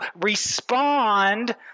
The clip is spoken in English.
respond